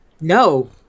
No